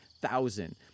thousand